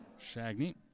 Shagney